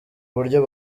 uburyo